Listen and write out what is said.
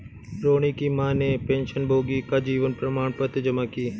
रोहिणी की माँ ने पेंशनभोगी का जीवन प्रमाण पत्र जमा की